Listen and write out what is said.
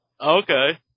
Okay